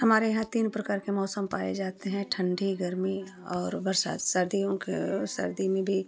हमारे यहाँ तीन प्रकार के मौसम पाए जाते हैं ठंडी गर्मी और बरसात सर्दियों के सर्दी में भी